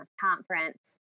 conference